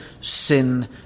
sin